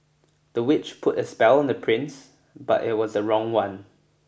the witch put a spell on the prince but it was the wrong one